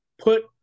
put